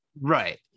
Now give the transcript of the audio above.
Right